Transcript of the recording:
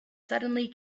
suddenly